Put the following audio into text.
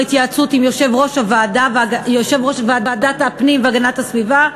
התייעצות עם יושב-ראש ועדת הפנים והגנת הסביבה,